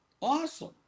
awesome